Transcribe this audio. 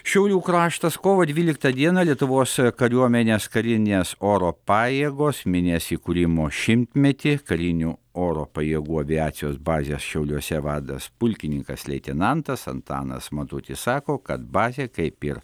šiaulių kraštas kovo dvyliktą dieną lietuvos kariuomenės karinės oro pajėgos minės įkūrimo šimtmetį karinių oro pajėgų aviacijos bazės šiauliuose vadas pulkininkas leitenantas antanas matutis sako kad bazė kaip ir